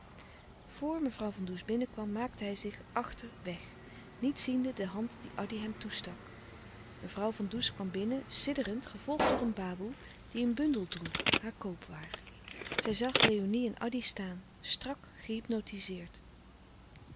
mevrouw van does binnenkwam maakte hij zich achter weg niet ziende de hand die addy hem toestak mevrouw van does kwam binnen sidderend gevolgd door een baboe die een bundel droeg haar koopwaar zij zag léonie en addy staan strak